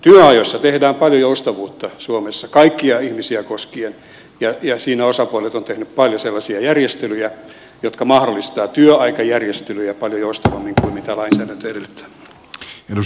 työajoissa tehdään paljon joustavuutta suomessa kaikkia ihmisiä koskien ja siinä osapuolet ovat tehneet paljon sellaisia järjestelyjä jotka mahdollistavat työaikajärjestelyjä paljon joustavammin kuin lainsäädäntö edellyttää